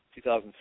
2006